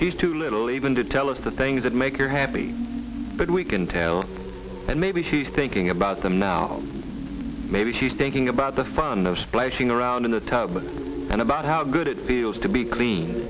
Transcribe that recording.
is too little even to tell us the things that make her happy but we can tell that maybe she's thinking about them now maybe she's thinking about the fun of splashing around in the tub and about how good it feels to be clean